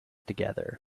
together